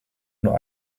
nur